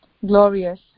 Glorious